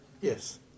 Yes